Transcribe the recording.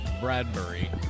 Bradbury